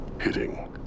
hitting